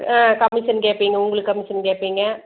ஆ commission கேட்பீங்க உங்களுக்கு commission கேட்பீங்க